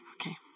Okay